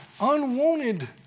unwanted